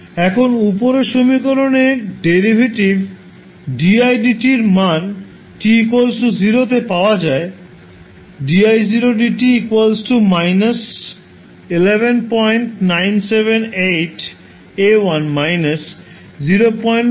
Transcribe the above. এখন উপরের সমীকরণের ডেরিভেটিভ এর মান t 0 তে পাওয়া যায়